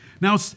Now